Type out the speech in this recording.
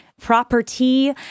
property